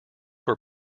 were